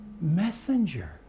Messenger